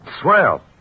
Swell